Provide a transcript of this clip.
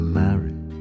married